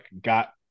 got